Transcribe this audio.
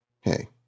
Hey